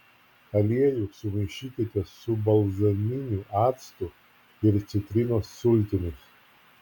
aliejų sumaišykite su balzaminiu actu ir citrinos sultimis